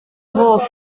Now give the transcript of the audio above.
hoff